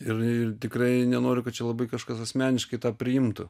ir tikrai nenoriu kad čia labai kažkas asmeniškai tą priimtų